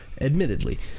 Admittedly